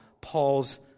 Paul's